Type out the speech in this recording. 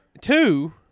Two